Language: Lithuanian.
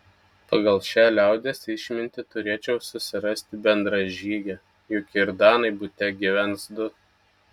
pagal šią liaudies išmintį turėčiau susirasti bendražygę juk ir danai bute gyvens du